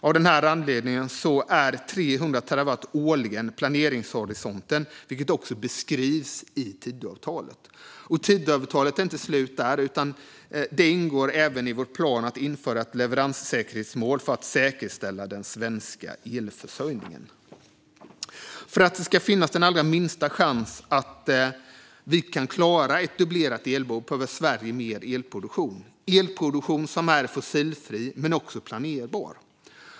Av den anledningen är 300 terawattimmar årligen planeringshorisonten, vilket också beskrivs i Tidöavtalet. Tidöavtalet är inte slut där, utan det ingår även i vår plan att införa ett leveranssäkerhetsmål för att säkerställa den svenska elförsörjningen. För att det ska finnas den allra minsta chans att klara ett dubblerat elbehov behöver Sverige mer elproduktion - elproduktion som är fossilfri men också planerbar.